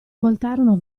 voltarono